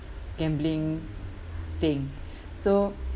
gambling thing so